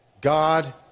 God